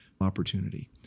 opportunity